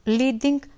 leading